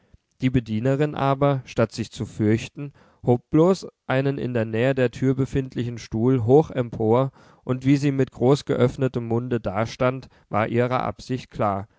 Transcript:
die bedienerin aber statt sich zu fürchten hob bloß einen in der nähe der tür befindlichen stuhl hoch empor und wie sie mit groß geöffnetem munde dastand war ihre absicht klar